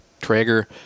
Traeger